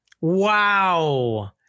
Wow